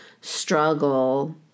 struggle